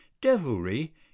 Devilry